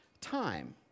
time